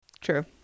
true